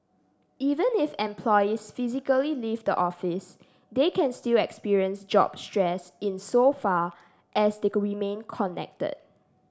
even if employees physically leave the office they can still experience job stress insofar as they remain connected